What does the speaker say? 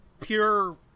pure